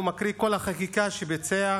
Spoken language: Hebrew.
הוא מקריא את כל החקיקה שביצע,